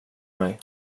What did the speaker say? mig